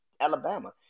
Alabama